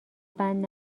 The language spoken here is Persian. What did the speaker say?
بند